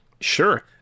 Sure